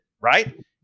right